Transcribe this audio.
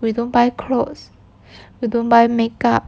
we don't buy clothes we don't buy makeup